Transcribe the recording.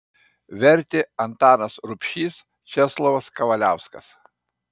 vertė antanas rubšys česlovas kavaliauskas